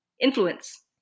influence